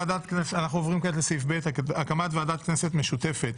אנחנו עוברים כעת לסעיף ב' הקמת ועדת כנסת משותפת